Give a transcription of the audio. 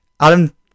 Adam